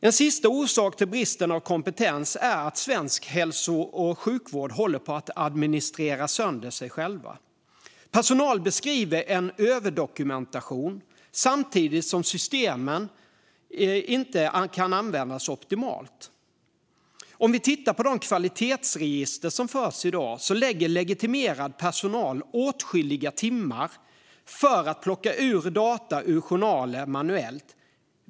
En sista orsak till bristen på kompetens är att svensk hälso och sjukvård håller på att administrera sönder sig själv. Personal beskriver en överdokumentation samtidigt som systemen inte kan användas optimalt. Om vi tittar på de kvalitetsregister som förs i dag ser vi att legitimerad personal lägger åtskilliga timmar på att plocka ut data ur journaler manuellt.